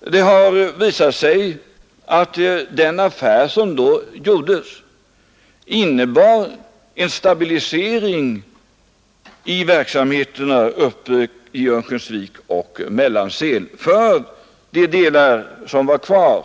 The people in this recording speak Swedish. Det har visat sig att den affär som då gjordes innebar en stabilisering i verksamheten uppe i Örnsköldsvik och Mellansel för de delar som var kvar av